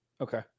Okay